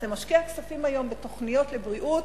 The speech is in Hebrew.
אתה משקיע כספים היום בתוכניות לבריאות